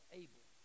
able